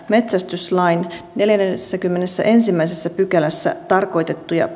metsästyslain neljännessäkymmenennessäensimmäisessä pykälässä tarkoitettuja